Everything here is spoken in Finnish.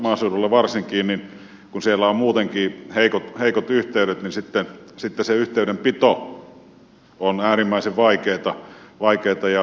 maaseudulla varsinkin kun siellä on muutenkin heikot yhteydet sitten se yhteydenpito on äärimmäisen vaikeata